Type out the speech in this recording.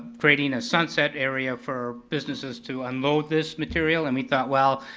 creating a sunset area for business to unload this material and we thought, well,